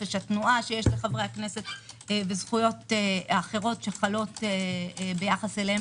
חופש התנועה שיש לחברי הכנסת וזכויות אחרות שחלות ביחס עליהם